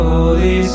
Holy